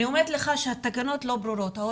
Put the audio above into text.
אני אומרת לך שההוראות לא ברורות,